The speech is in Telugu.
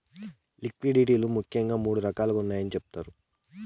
లిక్విడిటీ లు ముఖ్యంగా మూడు రకాలుగా ఉన్నాయని చెబుతున్నారు